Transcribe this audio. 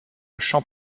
chant